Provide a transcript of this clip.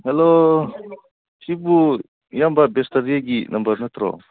hello ꯁꯤꯕꯨ ꯏꯌꯥꯝꯕ ꯕꯤꯁꯇꯔꯦꯒꯤ ꯅꯝꯕꯔ ꯅꯠꯇ꯭ꯔꯣ